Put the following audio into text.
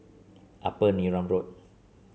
Upper Neram Road